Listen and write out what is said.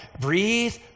breathe